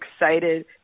excited